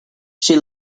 she